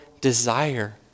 desire